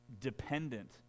dependent